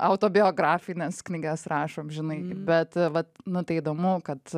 autobiografines knygas rašo amžinai bet vat nu tai įdomu kad